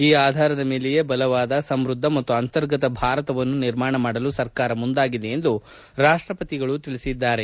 ಈ ಆಧಾರದ ಮೇಲೆಯೆ ಬಲವಾದ ಸಮೃದ್ದ ಮತ್ತು ಅಂತರ್ಗತ ಭಾರತವನ್ನು ನಿರ್ಮಾಣ ಮಾಡಲು ಸರ್ಕಾರ ಮುಂದಾಗಿದೆ ಎಂದು ರಾಷ್ಟಪತಿ ಹೇಳಿದ್ದಾರೆ